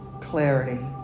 clarity